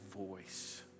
voice